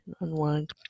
Unwind